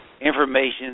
information